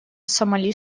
сомали